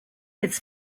its